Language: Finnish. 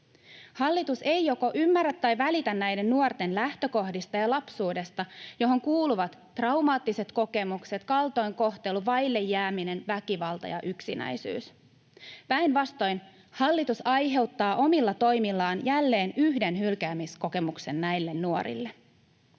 Hallitus ei joko ymmärrä näiden nuorten lähtökohtia ja lapsuutta tai välitä siitä, johon kuuluvat traumaattiset kokemukset, kaltoinkohtelu, vaille jääminen, väkivalta ja yksinäisyys. Päinvastoin hallitus aiheuttaa omilla toimillaan jälleen yhden hylkäämiskokemuksen näille nuorille.